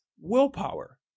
willpower